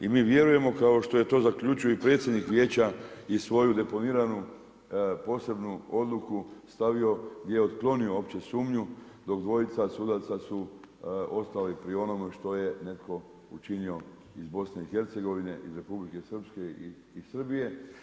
I mi vjerujemo, kao što je to zaključio i predsjednik vijeća i svoju deponiranu posebnu odluku, stavio i otklonio opću sumnju, do dvojica sudaca su ostali pri onome što je netko učinio iz BIH, Republike Srpske i Srbije.